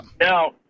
now